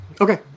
Okay